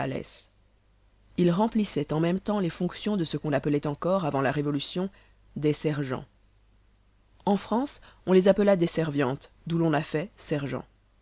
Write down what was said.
ils remplissaient en même temps les fonctions de ce qu'on appelait encore avant la révolution des sergens en france on les appela des serviantes d'où l'on a fait sergens